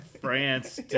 France